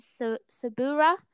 Sabura